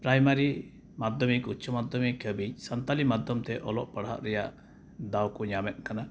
primary ᱢᱟᱫᱽᱫᱷᱚᱢᱤᱠ ᱩᱪᱪᱚᱼᱢᱟᱫᱽᱫᱷᱚᱢᱤᱠ ᱦᱟᱹᱵᱤᱡ ᱥᱟᱱᱛᱟᱲᱤ ᱢᱟᱫᱽᱫᱷᱚᱢᱛᱮ ᱚᱞᱚᱜ ᱯᱟᱲᱦᱟᱜ ᱨᱮᱭᱟᱜ ᱫᱟᱣᱠᱚ ᱧᱟᱢᱮᱫ ᱠᱟᱱᱟ